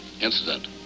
incident